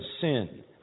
sin